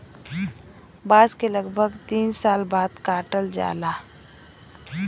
बांस के लगभग तीन साल बाद काटल जाला